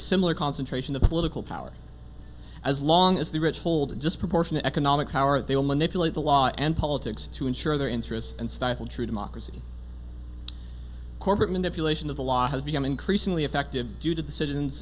similar concentration of political power as long as the rich hold a disproportionate economic power they will manipulate the law and politics to ensure their interests and stifle true democracy corporate manipulation of the law has become increasingly effective due to the citizens